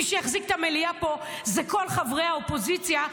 מי שהחזיק את המליאה פה הם כל חברי האופוזיציה,